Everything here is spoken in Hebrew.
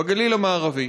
בגליל המערבי,